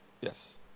Yes